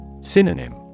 Synonym